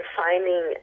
finding